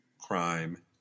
Crime